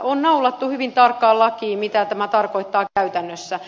on naulattu hyvin tarkkaan lakiin mitä tämä tarkoittaa käytännössä